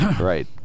Right